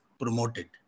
promoted